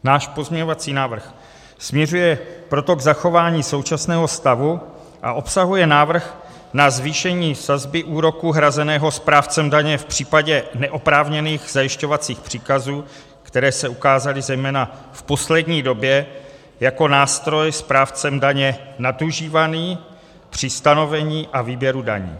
Náš pozměňovací návrh směřuje proto k zachování současného stavu a obsahuje návrh na zvýšení sazby úroku hrazeného správcem daně v případě neoprávněných zajišťovacích příkazů, které se ukázaly zejména v poslední době jako nástroj správcem daně nadužívaný při stanovení a výběru daní.